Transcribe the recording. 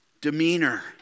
demeanor